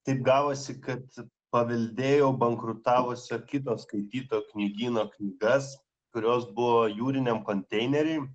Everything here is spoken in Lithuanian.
taip gavosi kad paveldėjau bankrutavusio kito skaityto knygyno knygas kurios buvo jūriniam konteinery